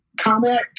comic